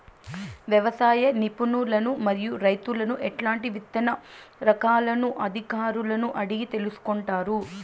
వ్యవసాయ నిపుణులను మరియు రైతులను ఎట్లాంటి విత్తన రకాలను అధికారులను అడిగి తెలుసుకొంటారు?